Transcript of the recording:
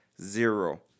zero